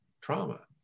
trauma